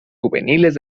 juveniles